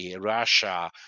Russia